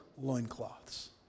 loincloths